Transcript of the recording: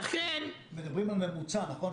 מדברים על ממוצע, נכון?